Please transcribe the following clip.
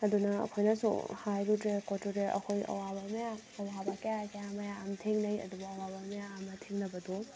ꯑꯗꯨꯅ ꯑꯩꯈꯣꯏꯅꯁꯨ ꯍꯥꯏꯔꯨꯗ꯭ꯔꯦ ꯈꯣꯠꯂꯨꯗ꯭ꯔꯦ ꯑꯩꯈꯣꯏ ꯑꯋꯥꯕ ꯃꯌꯥꯝ ꯑꯋꯥꯕ ꯀꯌꯥ ꯀꯌꯥ ꯃꯌꯥꯝ ꯊꯦꯡꯅꯩ ꯑꯗꯨꯕꯨ ꯑꯋꯥꯕ ꯃꯌꯥꯝ ꯑꯃ ꯊꯦꯡꯅꯕꯗꯣ